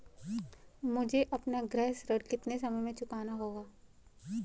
मुझे अपना गृह ऋण कितने समय में चुकाना होगा?